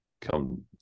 come